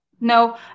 No